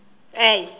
eh